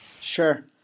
Sure